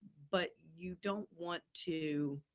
but you don't want to